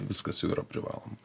viskas jau yra privaloma